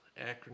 acronym